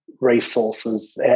resources